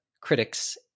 critics